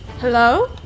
Hello